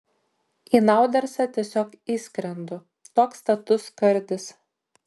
į naudersą tiesiog įskrendu toks status skardis